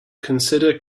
consider